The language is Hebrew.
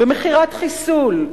במכירת חיסול,